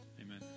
Amen